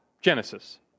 Genesis